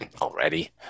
Already